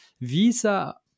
Visa